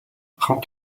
хамт